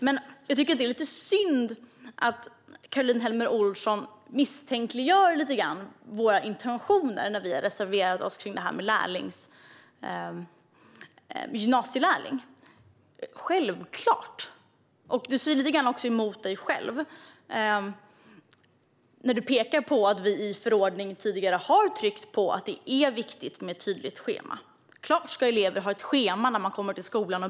Men jag tycker att det är lite synd att Caroline Helmersson Olsson lite grann misstänkliggör våra intentioner med vår reservation om gymnasielärlingsutbildning. Du säger lite grann också emot dig själv när du pekar på att vi i en förordning tidigare har tryckt på att det är viktigt med ett tydligt schema. Självklart ska elever ha ett schema när de börjar skolan.